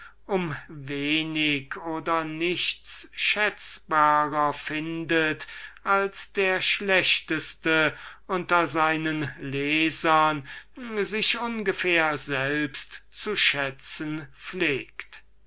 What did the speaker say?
wenig oder nichts schätzbarer findet als der schlechteste unter seinen lesern sich ohngefähr selbst zu schätzen pflegt